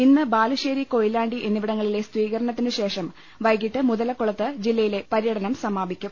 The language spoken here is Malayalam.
ഇന്ന് ബാലുശ്ശേരി കൊയിലാണ്ടി എന്നിവിടങ്ങളിലെ സ്ഥീകരണത്തിനുശേഷം വൈകിട്ട് മുതലക്കുളത്ത് ജില്ലയിലെ പര്യടനം സമാപിക്കും